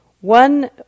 One